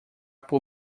por